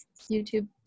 YouTube